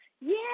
Yeah